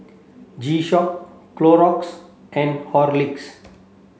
G Shock Clorox and Horlicks